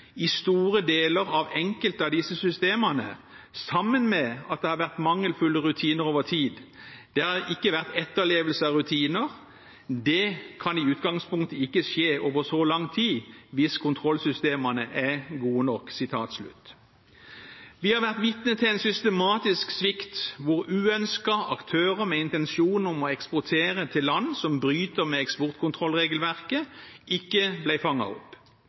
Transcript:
i store deler av enkelte av disse systemene, sammen med at det har vært mangelfulle rutiner over tid. Det har ikke vært etterlevelse av rutiner. Det kan i utgangspunktet ikke skje over så lang tid hvis kontrollsystemene er gode nok.» Vi har vært vitne til en systematisk svikt hvor uønskede aktører med intensjon om å eksportere til land som bryter med eksportkontrollregelverket, ikke ble fanget opp.